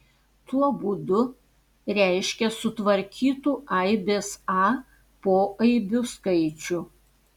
tuo būdu reiškia sutvarkytų aibės a poaibių skaičių